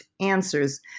answers